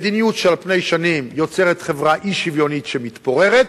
מדיניות שעל פני שנים יוצרת חברה אי-שוויונית שמתפוררת,